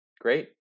great